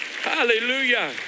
hallelujah